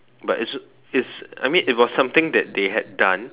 but it's a if I mean it was something that they had done